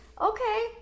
okay